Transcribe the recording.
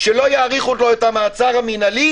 ולא יאריכו לו את המעצר המינהלי.